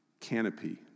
canopy